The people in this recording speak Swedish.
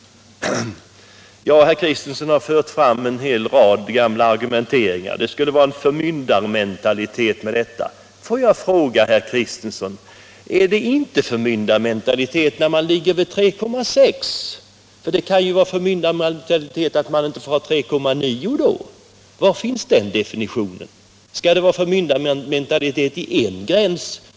Herr Kristenson har fört fram en hel rad gamla argument. Det skulle vara en förmyndarmentalitet att vilja stoppa mellanölet. Jag måste fråga herr Kristenson: Är det inte förmyndarmentalitet att sätta gränsen vid 3,6 96? Det finns kanske de som vill ha öl med 3,9 96 alkoholhalt. Hur definieras förmyndarmentalitet? Är det förmyndarmentalitet vid en gräns så är det väl likadant vid alla andra gränser också.